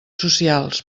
socials